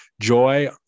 joy